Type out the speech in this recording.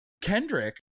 Kendrick